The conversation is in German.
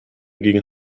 gegen